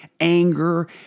anger